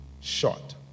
shot